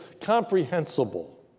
comprehensible